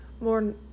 more